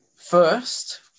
First